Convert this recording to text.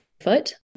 foot